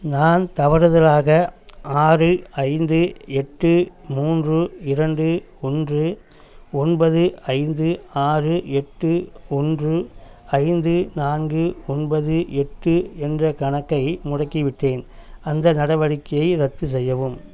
நான் தவறுதலாக ஆறு ஐந்து எட்டு மூன்று இரண்டு ஒன்று ஒன்பது ஐந்து ஆறு எட்டு ஒன்று ஐந்து நான்கு ஒன்பது எட்டு என்ற கணக்கை முடக்கிவிட்டேன் அந்த நடவடிக்கையை ரத்து செய்யவும்